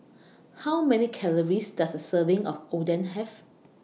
How Many Calories Does A Serving of Oden Have